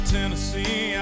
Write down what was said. Tennessee